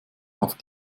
auf